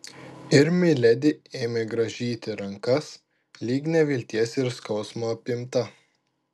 ir miledi ėmė grąžyti rankas lyg nevilties ir skausmo apimta